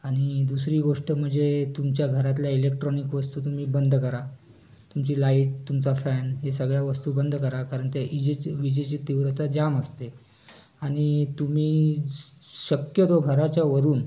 आणि दुसरी गोष्ट मजे तुमच्या घरातल्या इलेक्ट्रॉनिक वस्तू तुम्ही बंद करा तुमची लाईट तुमचा फॅन हे सगळ्या वस्तू बंद करा कारण त्या इजेची विजेची तीव्रता जाम असते आणि तुम्ही श शक्यतो घराच्यावरून